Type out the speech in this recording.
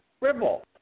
Ripple